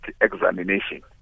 examination